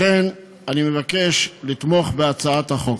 לכן, אני מבקש לתמוך בהצעת החוק.